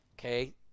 Okay